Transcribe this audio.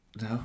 no